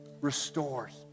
restores